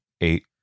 eight